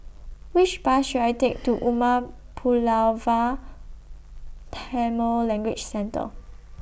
Which Bus should I Take to Umar Pulavar Language Centre